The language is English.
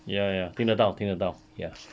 ya ya 听得到听得到 ya